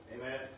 Amen